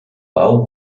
bau